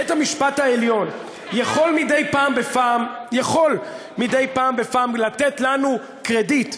בית-המשפט העליון יכול מדי פעם בפעם לתת לנו קרדיט,